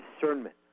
discernment